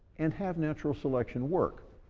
and have natural selection work.